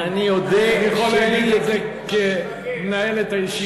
אני יכול להגיד את זה כמי שמנהל את הישיבה.